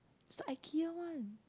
is the Ikea one